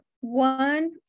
one